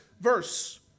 verse